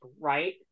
right